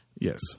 Yes